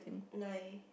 nine